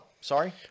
Sorry